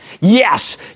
Yes